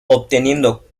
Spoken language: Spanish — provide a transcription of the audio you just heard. obteniendo